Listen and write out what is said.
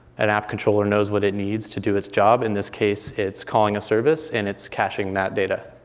and app controller knows what it needs to do its job. in this case, it's calling a service and it's caching that data.